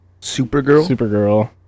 Supergirl